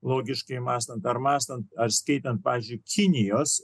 logiškai mąstant ar mąstant ar skaitant pavyzdžiui kinijos